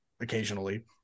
occasionally